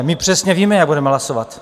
My přesně víme, jak budeme hlasovat.